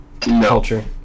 culture